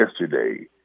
yesterday